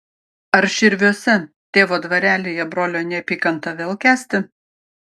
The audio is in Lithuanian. ar širviuose tėvo dvarelyje brolio neapykantą vėl kęsti